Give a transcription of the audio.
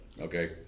okay